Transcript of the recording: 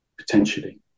potentially